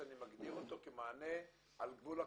שאני מגדיר אותו כמענה על גבול הקוסמטי.